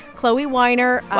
chloee weiner.